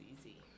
easy